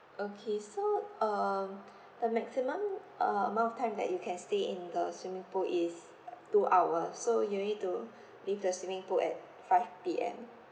okay so um the maximum uh amount of time that you can stay in the swimming pool is two hour so you need to leave the swimming pool at five P_M